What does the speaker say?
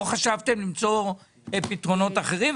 לא חשבתם למצוא פתרונות אחרים.